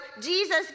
Jesus